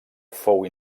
fou